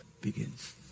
begins